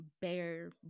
bare